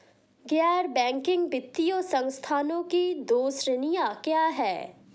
गैर बैंकिंग वित्तीय संस्थानों की दो श्रेणियाँ क्या हैं?